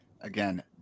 again